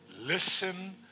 Listen